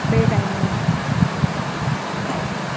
બે ટાઈમનું